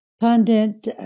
Pundit